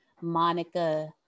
Monica